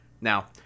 Now